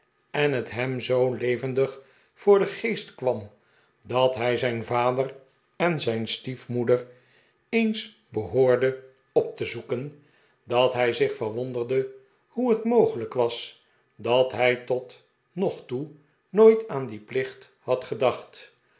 en het hem zoo levendig voor den geest kwam dat hij zijn vader en zijn stiefmoeder eens behoorde op te zoeken dat hij zich verwonderde hoe het mogelijk was dat hij tot nog toe nooit aan dien plicht had gedacht